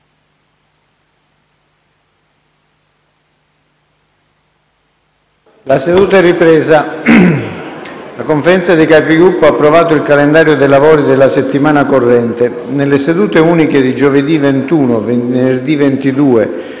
una nuova finestra"). La Conferenza dei Capigruppo ha approvato il calendario dei lavori della settimana corrente. Nelle sedute uniche di giovedì 21, venerdì 22